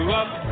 up